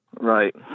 Right